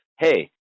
Hey